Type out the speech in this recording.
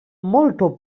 molto